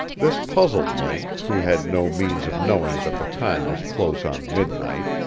this puzzled link who had no means of knowing that the time was close on midnight.